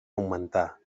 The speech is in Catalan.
augmentar